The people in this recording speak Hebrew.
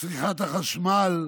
בצריכת החשמל,